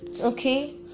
Okay